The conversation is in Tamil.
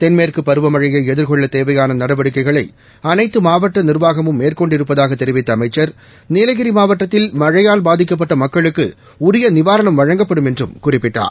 தென்மேற்குப் பருவமழையை எதிர்கொள்ள தேவையான நடவடிக்கைகளை அனைத்து மாவட்ட நிர்வாகமும் மேற்கொண்டிருப்பதாக தெரிவித்த அமைச்சர் நீலகிரி மாவட்டத்தில் மழையால் பாதிக்கப்பட்ட மக்களுக்கு உரிய நிவாரணம் வழங்கப்படும் என்றும் குறிப்பிட்டார்